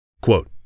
Quote